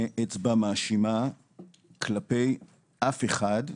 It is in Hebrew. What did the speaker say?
אצבע מאשימה כלפי אף אחד,